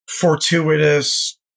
fortuitous